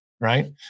Right